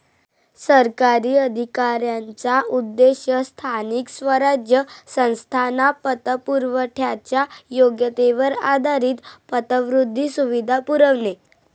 सरकारी अधिकाऱ्यांचा उद्देश स्थानिक स्वराज्य संस्थांना पतपुरवठ्याच्या योग्यतेवर आधारित पतवृद्धी सुविधा पुरवणे